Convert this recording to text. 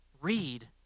read